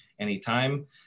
anytime